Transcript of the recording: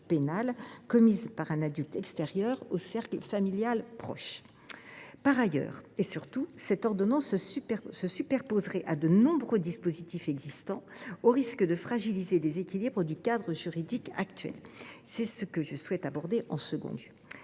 C’est ce que je souhaite aborder en second